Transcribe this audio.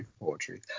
poetry